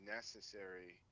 necessary